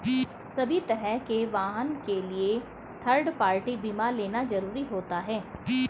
सभी तरह के वाहन के लिए थर्ड पार्टी बीमा लेना जरुरी होता है